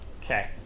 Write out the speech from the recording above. Okay